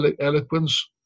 eloquence